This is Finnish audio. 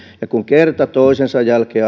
ja kun kerta toisensa jälkeen